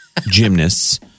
gymnasts